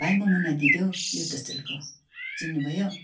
भाइ म मुन्ना दिदी हौ युथ होस्टेलको चिन्नुभयो